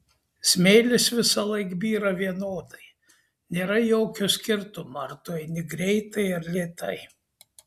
smėlis visąlaik byra vienodai nėra jokio skirtumo ar tu eini greitai ar lėtai